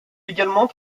également